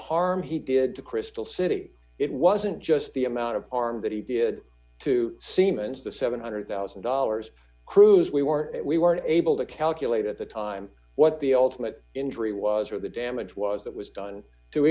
harm he did to crystal city it wasn't just the amount of harm that he did to siemens the seven hundred thousand dollars cruise we were we were able to calculate at the time what the ultimate injury was or the damage was that was done to